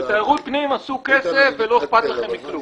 בתיירות פנים תעשו כסף ולא אכפת לכם מכלום,